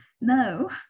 no